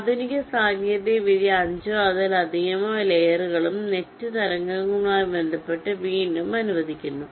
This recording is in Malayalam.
ആധുനിക സാങ്കേതികവിദ്യ അഞ്ചോ അതിലധികമോ ലെയറുകളും നെറ്റ് തരങ്ങളുമായി ബന്ധപ്പെട്ട് വീണ്ടും അനുവദിക്കുന്നു